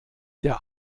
der